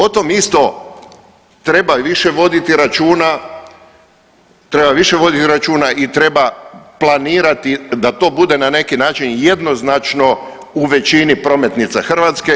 O tom isto treba više voditi računa, treba više voditi računa i treba planirati da to bude na neki način jednoznačno u većini prometnica Hrvatske.